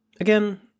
again